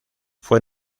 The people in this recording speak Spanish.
fue